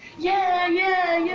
yeah! yeah!